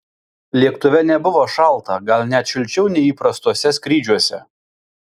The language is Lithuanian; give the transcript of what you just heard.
lėktuve nebuvo šalta gal net šilčiau nei įprastuose skrydžiuose